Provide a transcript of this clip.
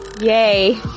yay